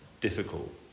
difficult